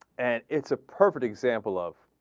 and it's a perfect example of